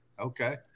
Okay